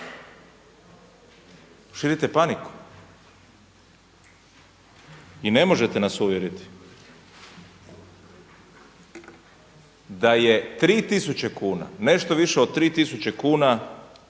širite paniku i ne možete nas uvjeriti da je 3000 kuna, nešto više od 3000 kuna